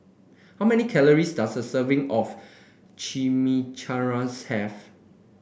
how many calories does a serving of Chimichangas have